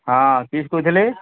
ହଁ କିଏସ୍ କହୁଥିଲେ